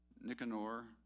Nicanor